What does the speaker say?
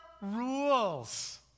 rules